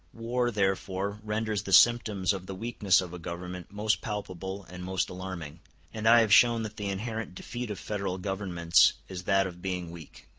war therefore renders the symptoms of the weakness of a government most palpable and most alarming and i have shown that the inherent defeat of federal governments is that of being weak.